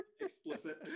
Explicit